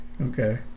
Okay